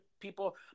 people